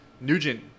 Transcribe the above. Nugent